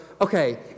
Okay